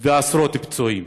והיו עשרות פצועים.